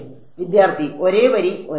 വിദ്യാർത്ഥി ഒരേ വരി ഒരേ വരി